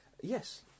Yes